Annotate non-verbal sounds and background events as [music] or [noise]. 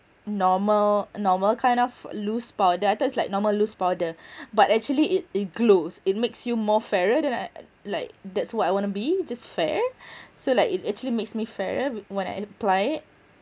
normal normal kind of loose powder I thought it's like normal loose powder [breath] but actually it it glows it makes you more fairer than I like that's what I wanna be just fair [breath] so like it actually makes me fairer when I apply it